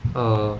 err